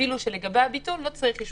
אפילו שלגבי הביטול לא צריך אישור ועדה.